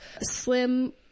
Slim